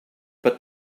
but